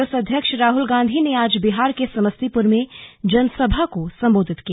कांग्रेस अध्यक्ष राहल गांधी ने आज बिहार के समस्तीपुर में जनसभा को सम्बोधित किया